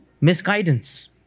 misguidance